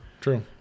true